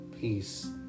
peace